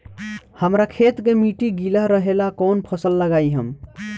हमरा खेत के मिट्टी गीला रहेला कवन फसल लगाई हम?